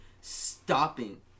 stopping